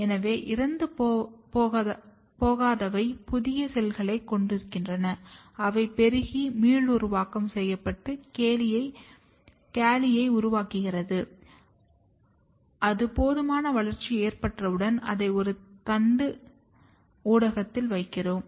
எனவே இறந்துபோகாதவை புதிய செல்களைக் கொடுக்கின்றன அவை பெருகி மீளுருவாக்கம் செய்யப்பட்ட கேலியை உருவாக்குகின்றன அது போதுமான வளர்ச்சி ஏற்பட்டவுடன் அதை ஒரு தண்டு ஊடகத்தில் வைக்கிறோம்